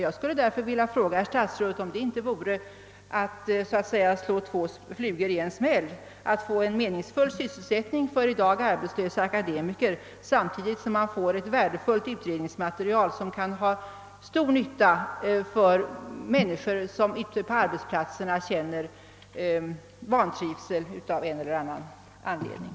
Jag skulle därför vilja fråga herr statsrådet om det inte vore att så att säga slå två flugor i en smäll — att få en meningsfull sysselsättning för i dag arbetslösa akademiker samtidigt som man får ett värdefullt utredningsmaterial, som kan vara till stor nytta för människor som av en eller annan anledning känner vantrivsel ute på arbetsplatserna.